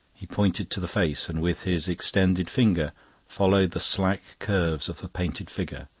he pointed to the face, and with his extended finger followed the slack curves of the painted figure.